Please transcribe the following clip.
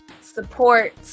support